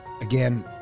Again